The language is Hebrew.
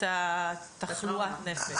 את תחלואת הנפש.